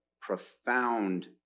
profound